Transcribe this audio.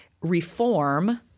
reform